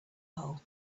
hole